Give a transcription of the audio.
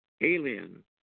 alien